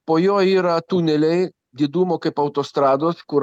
po jo yra tuneliai didumo kaip autostrados kur